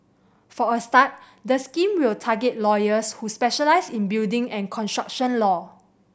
for a start the scheme will target lawyers who specialise in building and construction law